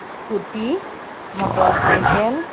scooty motorcycle